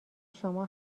شما